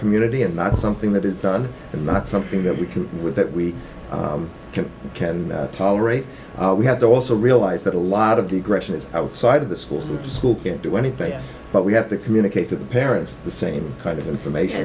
community and not something that is done and not something that we can with that we can can tolerate we have to also realize that a lot of the aggression is outside of the schools and the school can't do anything but we have the community the parents the same kind of information